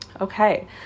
Okay